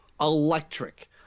electric